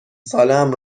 سالهام